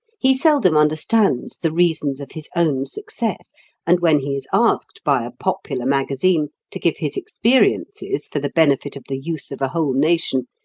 he seldom understands the reasons of his own success and when he is asked by a popular magazine to give his experiences for the benefit of the youth of a whole nation,